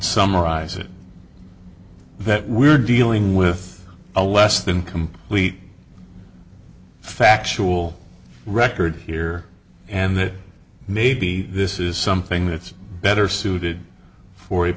summarize it that we're dealing with a less than complete factual record here and that maybe this is something that's better suited for a